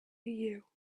you